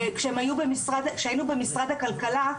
כשהיינו עם משרד הכלכלה,